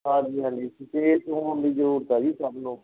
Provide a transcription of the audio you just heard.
ਹਾਂਜੀ ਹਾਂਜੀ ਤੇਜ਼ ਚਲਾਉਣ ਦੀ ਜ਼ਰੂਰਤ ਆ ਜੀ ਸਭ ਨੂੰ